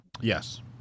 Yes